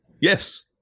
Yes